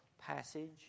passage